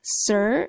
sir